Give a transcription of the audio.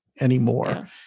anymore